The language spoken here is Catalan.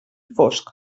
fosc